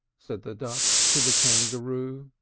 said the duck to the kangaroo.